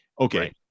okay